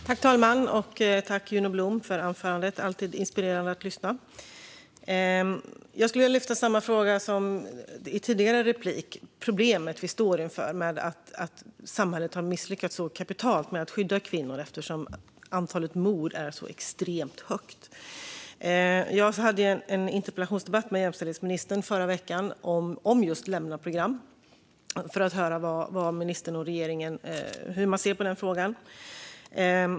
Herr talman! Tack, Juno Blom, för anförandet! Det är alltid inspirerande att lyssna. Jag skulle vilja lyfta fram samma fråga som i en tidigare replik: Problemet vi står inför med att samhället har misslyckats så kapitalt med att skydda kvinnor. Antalet mord är extremt stort. Jag hade en interpellationsdebatt med jämställdhetsministern förra veckan om just lämnaprogram för att höra hur ministern och regeringen ser på den frågan.